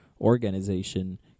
organization